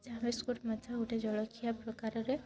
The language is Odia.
ଚାହା ବିସ୍କୁଟ୍ ମଧ୍ୟ ଗୋଟେ ଜଳଖିଆ ପ୍ରକାରରେ